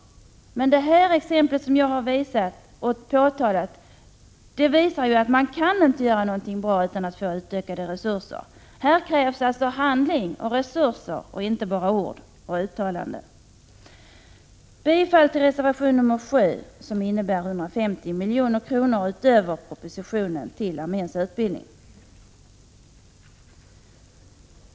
Men det exempel som jag tagit upp visar att man inte kan göra något bra utan att få ökade resurser. Det krävs alltså handling och resurser och inte bara ord och uttalanden. Jag yrkar bifall till reservation 7, vilket innebär 150 miljoner utöver propositionens förslag till arméns utbildning.